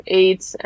aids